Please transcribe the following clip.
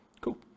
Cool